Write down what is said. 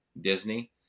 Disney